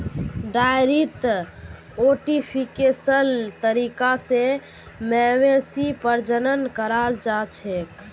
डेयरीत आर्टिफिशियल तरीका स मवेशी प्रजनन कराल जाछेक